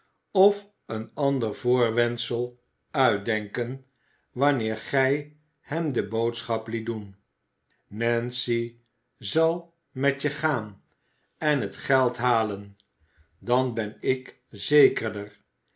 of een ander voorwendsel uitdenken wanneer gij hem de boodschap liet doen nancy zal met je gaan en het geld halen dan ben ik zekerder